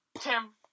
Tim